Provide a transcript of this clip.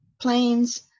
planes